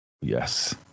Yes